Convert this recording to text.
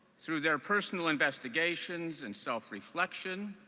through their personal investigations and self-reflection,